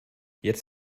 jetzt